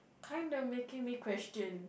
kind of making me question